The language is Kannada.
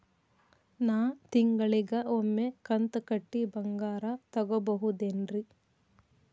ನಾ ತಿಂಗಳಿಗ ಒಮ್ಮೆ ಕಂತ ಕಟ್ಟಿ ಬಂಗಾರ ತಗೋಬಹುದೇನ್ರಿ?